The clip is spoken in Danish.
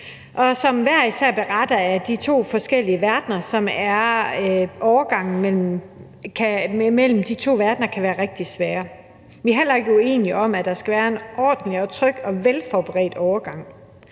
som hver især beretter, at overgangen mellem de to forskellige verdener kan være rigtig svær. Vi er heller ikke uenige om, at der skal være en ordentlig, tryg og velforberedt overgang.